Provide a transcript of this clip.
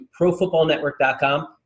profootballnetwork.com